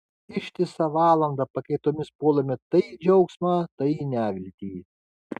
ištisą valandą pakaitomis puolame tai į džiaugsmą tai į neviltį